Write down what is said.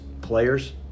players